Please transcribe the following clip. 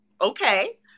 Okay